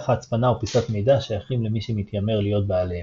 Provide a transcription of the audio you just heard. ההצפנה או פיסת מידע שייכים למי שמתיימר להיות בעליהם,